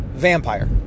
vampire